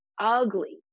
ugly